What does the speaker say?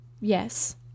Yes